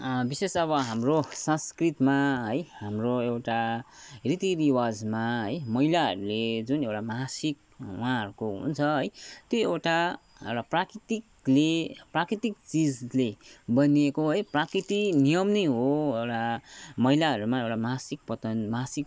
विशेष अब हाम्रो सांस्कृतमा है हाम्रो एउटा रीतिरिवाजमा है महिलाहरूले जुन एउटा मासिक उहाँहरूको हुन्छ है त्यो एउटा प्राकृतिकले प्राकृतिक चिजले बनिएको है प्राकृति नियम नै हो एउटा महिलाहरूमा एउटा मासिक पतन मासिक